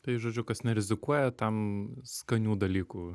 tai žodžiu kas nerizikuoja tam skanių dalykų